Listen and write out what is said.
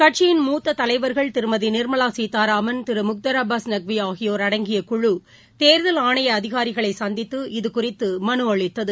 கட்சியின் மூத்த தலைவர்கள் திருமதி நிர்மலா சீத்தாராமன் திரு முக்தார் அபாஸ் நக்வி ஆகியோர் அடங்கிய குழு தேர்தல் ஆணைய அதிகாரிகளை சந்தித்து இதுகுறித்து மனு அளித்தது